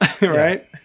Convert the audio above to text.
Right